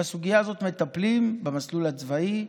בסוגיה הזאת מטפלים במסלול הצבאי,